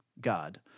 God